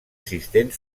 assistent